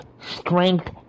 strength